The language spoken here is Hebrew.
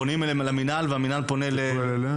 פונים אליהם והם פונים אלינו.